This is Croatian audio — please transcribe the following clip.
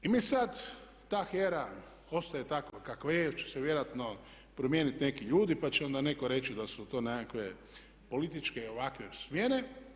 I mi sad, ta HERA ostaje tako kako je jer će se vjerojatno promijeniti neki ljudi, pa će onda netko reći da su to nekakve političke ovakve smjene.